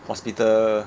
hospital